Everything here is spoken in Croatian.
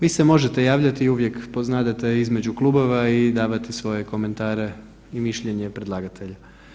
Vi se možete javljati uvijek, poznadete između klubova i davati svoje komentare i mišljenje predlatatelju.